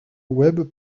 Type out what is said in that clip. web